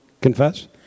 confess